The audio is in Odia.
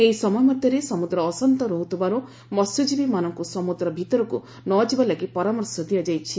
ଏହି ସମୟ ମଧ୍ଘରେ ସମୁଦ୍ର ଅଶାନ୍ତ ରହୁଥିବାରୁ ମହ୍ୟଜୀବୀମାନଙ୍ଙୁ ସମୁଦ୍ର ଭିତରକୁ ନ ଯିବା ଲାଗି ପରାମର୍ଶ ଦିଆଯାଇଛି